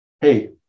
hey